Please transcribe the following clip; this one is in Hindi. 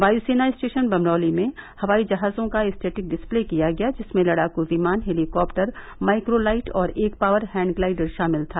वायु सेना स्टेशन बमरोली में हवाई जहाजों का स्टेटिक डिस्ले किया गया जिसमें लड़ाकू विमान हेलीकॉप्टर माइक्रो लाइट और एक पावर हैण्ड ग्लाइड्र शामिल था